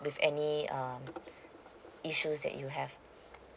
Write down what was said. with any um issues that you have